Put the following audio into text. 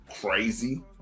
crazy